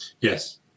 Yes